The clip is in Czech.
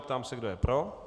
Ptám se, kdo je pro?